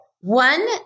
One